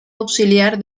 auxiliar